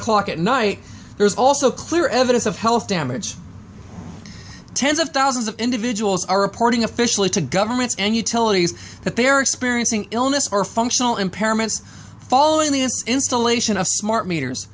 o'clock at night there's also clear evidence of health damage tens of thousands of individuals are reporting officially to governments and utilities that they're experiencing illness or functional impairments following the installation of smart meters